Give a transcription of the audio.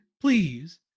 please